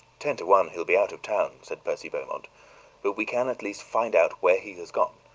ten to one he'll be out of town, said percy beaumont but we can at least find out where he has gone,